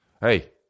Hey